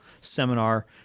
seminar